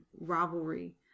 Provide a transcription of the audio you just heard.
rivalry